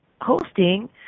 hosting